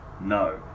No